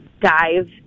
dive